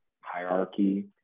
hierarchy